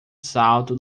salto